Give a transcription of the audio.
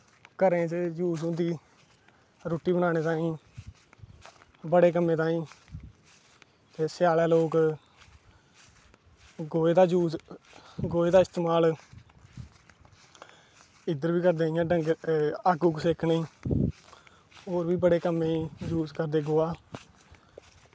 घरें च यूस होंदी रुट्टी बनानें ताहीं बड़े कम्में तहीं ते स्यानें लोग गोहे दा इस्तेमाल इद्धर बी करदे इ'यां अग्ग उग्ग सेकने गी होर बी बड़े कम्में गी यूस करदे गोहा